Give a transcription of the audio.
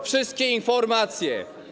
wszystkie informacje.